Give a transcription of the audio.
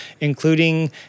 including